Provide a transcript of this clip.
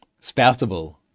spoutable